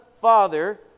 Father